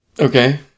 Okay